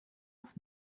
auf